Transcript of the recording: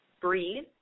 breathe